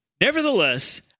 Nevertheless